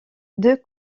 deux